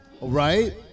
Right